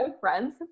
friends